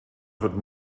wird